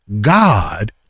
God